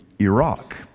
Iraq